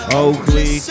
Oakley